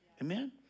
Amen